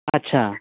अच्छा